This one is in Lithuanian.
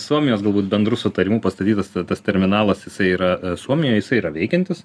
suomijos galbūt bendru sutarimu pastatytas tas terminalas jisai yra suomijoj jisai yra veikiantis